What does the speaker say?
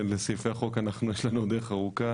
שלסעיפי החוק יש לנו עוד דרך ארוכה,